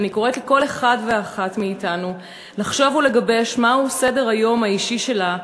אני קוראת לכל אחד ואחת מאתנו לחשוב ולגבש את סדר-היום האישי שלה,